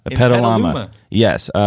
ah petaluma. yes.